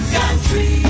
country